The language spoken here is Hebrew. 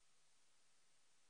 נא לתפוס מקומות, אנחנו מבקשים